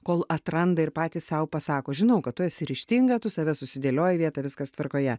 kol atranda ir patys sau pasako žinau kad tu esi ryžtinga tu save susidėlioji į vietą viskas tvarkoje